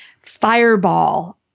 fireball